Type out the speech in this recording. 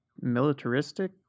militaristic